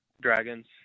Dragons